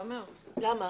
למה?